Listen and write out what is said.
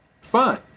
fun